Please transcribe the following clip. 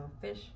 Fish